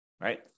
right